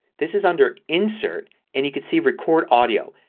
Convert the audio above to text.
this is under insert and you can see record audio.